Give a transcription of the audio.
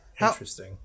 Interesting